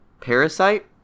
Parasite